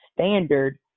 standard